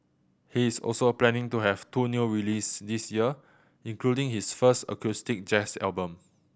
he is also planning to have two new releases this year including his first acoustic jazz album